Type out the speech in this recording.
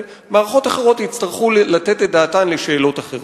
ומערכות אחרות יצטרכו לתת את דעתן על שאלות אחרות.